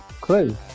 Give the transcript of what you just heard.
clue